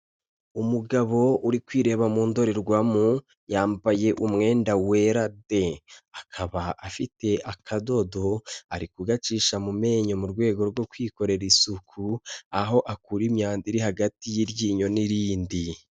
Umugabo uri kwireba mu ndorerwamo, yambaye umwenda wera de, akaba afite akadodo, ari kugacisha mu menyo mu rwego rwo kwikorera isuku, aho akura imyanda iri hagati y'iryinyo n'irindi.